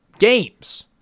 games